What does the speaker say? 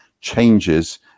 changes